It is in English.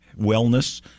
wellness